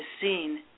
scene